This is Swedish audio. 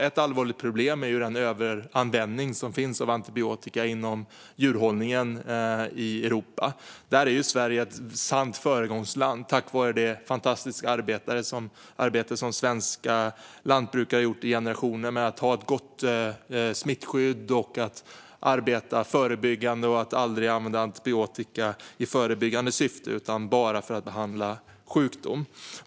Ett allvarligt problem är den överanvändning av antibiotika som finns inom djurhållningen i Europa. Här är Sverige ett sant föregångsland tack vare det fantastiska arbete som svenska lantbrukare har gjort i generationer med att ha ett gott smittskydd, att arbeta förebyggande och att aldrig använda antibiotika i förebyggande syfte utan bara för att behandla sjukdom.